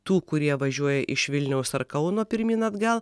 tų kurie važiuoja iš vilniaus ar kauno pirmyn atgal